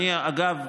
אגב,